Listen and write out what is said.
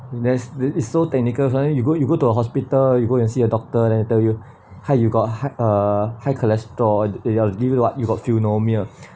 that's it's so technical suddenly you go you go to the hospital you go and see a doctor and tell you how you got hi~ uh high cholesterol you got pneumonia